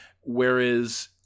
Whereas